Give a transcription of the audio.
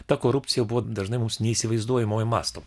ta korupcija buvo dažnai mums neįsivaizduojamo masto